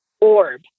orb